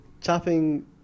Chopping